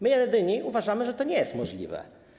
My jedyni uważamy, że to nie jest możliwe.